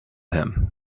him